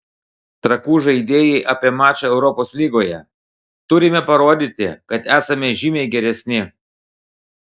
trakų žaidėjai apie mačą europos lygoje turime parodyti kad esame žymiai geresni